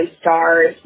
stars